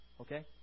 Okay